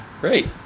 Great